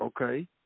Okay